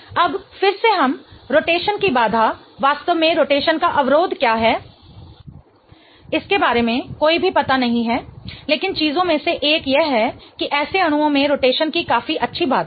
अब फिर से हम रोटेशन की बाधा वास्तव में रोटेशन का अवरोध क्या है इसके बारे में कोई भी पता नहीं है लेकिन चीजों में से एक यह है कि ऐसे अणुओं में रोटेशन की काफी अच्छी बाधा है